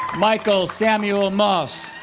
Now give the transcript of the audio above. michael samuel moss